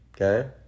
Okay